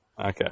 Okay